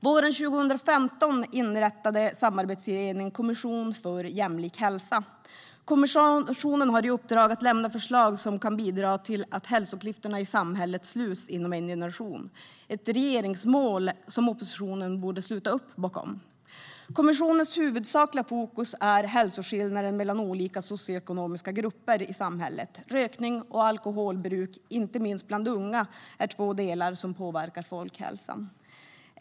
Våren 2015 inrättade samarbetsregeringen en kommission för jämlik hälsa. Kommissionen har i uppdrag att lämna förslag som kan bidra till att hälsoklyftorna i samhället sluts inom en generation. Det är ett regeringsmål som oppositionen borde sluta upp bakom. Kommissionens huvudsakliga fokus är hälsoskillnader mellan olika socioekonomiska grupper i samhället. Rökning och alkoholbruk, inte minst bland unga, är två delar som påverkar folkhälsan.